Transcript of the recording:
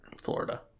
Florida